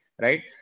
right